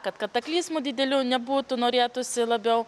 kad kataklizmų didelių nebūtų norėtųsi labiau